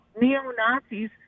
neo-Nazis